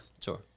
sure